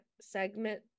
segment